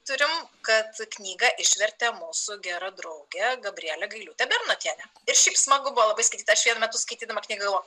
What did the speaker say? turim kad knygą išvertė mūsų gera draugė gabrielė gailiūtė bernotienė ir šiaip smagu buvo labai skaityti aš vienu metu skaitydama knygą galvojau